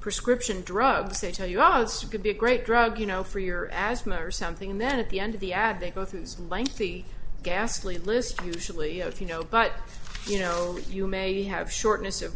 prescription drugs they tell you oh it's could be a great drug you know for your asthma or something and then at the end of the ad they both this lengthy ghastly list usually you know but you know that you may have shortness of